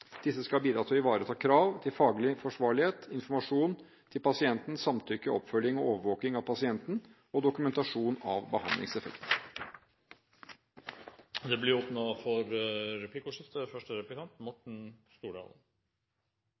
skal bidra til å ivareta krav til faglig forsvarlighet, til informasjon til pasienten, til samtykke, oppfølging og overvåking av pasienten og til dokumentasjon av behandlingseffekten. Det blir